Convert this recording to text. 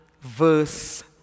verse